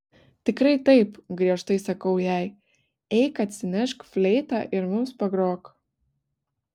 tikrai taip griežtai sakau jai eik atsinešk fleitą ir mums pagrok